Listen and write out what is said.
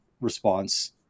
response